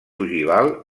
ogival